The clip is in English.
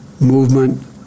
movement